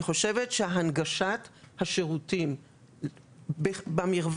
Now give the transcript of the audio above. אני חושבת שהנגשת השירותים במרווח